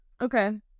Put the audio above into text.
okay